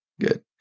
good